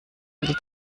viel